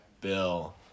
Bill